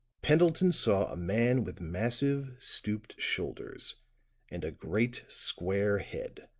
pendleton saw a man with massive, stooped shoulders and a great square head,